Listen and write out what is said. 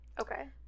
okay